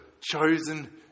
chosen